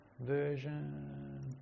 version